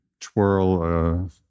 twirl